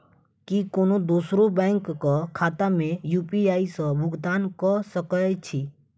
की कोनो दोसरो बैंक कऽ खाता मे यु.पी.आई सऽ भुगतान कऽ सकय छी?